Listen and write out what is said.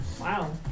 Wow